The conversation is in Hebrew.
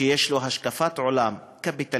שיש לו השקפת עולם קפיטליסטית,